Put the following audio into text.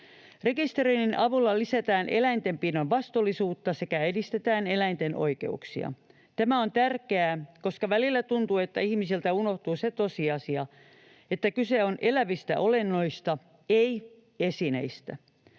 Rekisteröinnin avulla lisätään eläintenpidon vastuullisuutta sekä edistetään eläinten oikeuksia. Tämä on tärkeää, koska välillä tuntuu, että ihmisiltä unohtuu se tosiasia, että kyse on elävistä olennoista, ei esineistä.